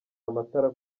amatara